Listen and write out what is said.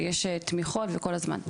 שיש תמיכות וכל הזמן.